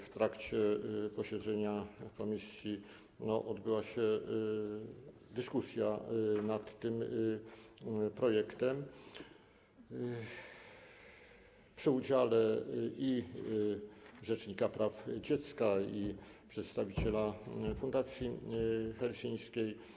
W trakcie posiedzenia komisji odbyła się dyskusja nad tym projektem przy udziale i rzecznika praw dziecka, i przedstawiciela fundacji helsińskiej.